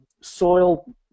soil